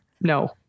no